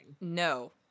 No